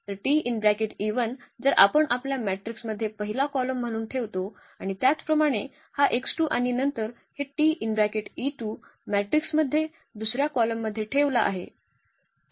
तर जर आपण आपल्या मॅट्रिक्स मध्ये पहिला कॉलम म्हणून ठेवतो आणि त्याचप्रमाणे हा आणि नंतर हे मॅट्रिक्स मध्ये दुसर्या कॉलममधे ठेवला आहे